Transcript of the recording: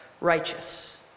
righteous